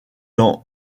dans